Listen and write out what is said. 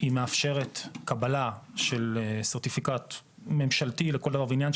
ההכשרה הזו מאפשרת קבלה של סרטיפיקט ממשלתי לכל דבר ועניין,